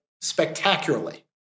spectacularly